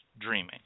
dreaming